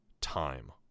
time